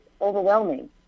overwhelming